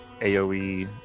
AoE